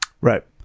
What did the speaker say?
Right